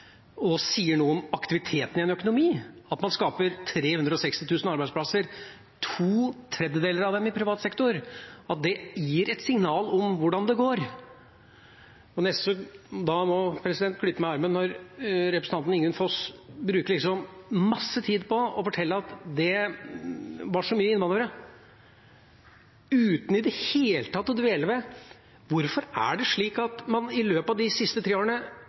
og sier noe om aktiviteten i en økonomi at en skaper 360 000 arbeidsplasser, to tredjedeler av dem i privat sektor, og at det gir et signal om hvordan det går. Jeg må nesten klype meg i armen når representanten Ingunn Foss bruker masse tid på å fortelle at det var så mange innvandrere, uten i det hele tatt å dvele ved hvorfor det er slik at man i løpet av de siste tre årene,